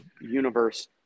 universe